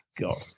god